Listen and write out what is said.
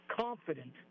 confident